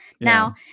Now